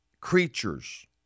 creatures